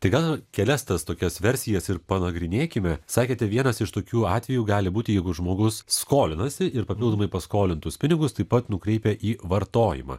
tai gal kelias tas tokias versijas ir panagrinėkime sakėte vienas iš tokių atvejų gali būti jeigu žmogus skolinasi ir papildomai paskolintus pinigus taip pat nukreipia į vartojimą